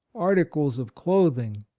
articles of clothing,